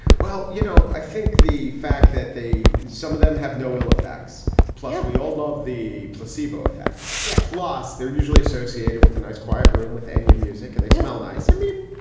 well, you know, i think the fact that they some of them have no ill effects play out. we all love the placebo effect. yes. loss. they're usually associated with a nice quiet room with and your music and they smell nice. i mean,